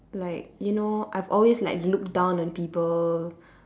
like you know I've always like looked down on people